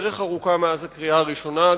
דרך ארוכה מאז הקריאה הראשונה.